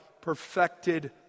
perfected